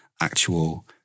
actual